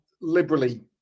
liberally